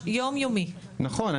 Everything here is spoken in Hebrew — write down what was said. נכון.